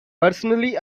personally